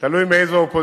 תלוי באיזו אופוזיציה.